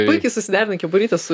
puikiai susiderinai kepurytes